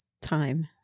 Time